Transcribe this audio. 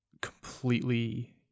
completely